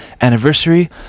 anniversary